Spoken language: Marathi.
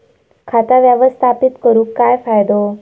खाता व्यवस्थापित करून काय फायदो?